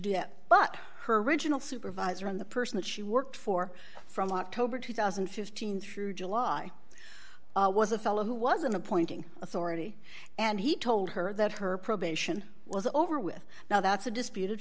that but her original supervisor in the person that she worked for from october two thousand and fifteen through july was a fellow who was an appointing authority and he told her that her probation was over with now that's a disputed